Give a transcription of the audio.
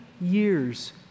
years